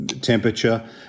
temperature